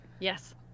Yes